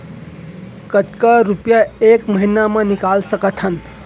कतका रुपिया एक महीना म निकाल सकथन?